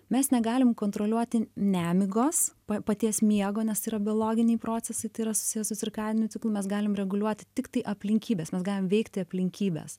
mes negalim kontroliuoti nemigos paties miego nes tai yra biologiniai procesai tai yra susiję su cirkadiniu ciklu mes galim reguliuoti tiktai aplinkybes mes galim veikti aplinkybes